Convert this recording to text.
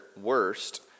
worst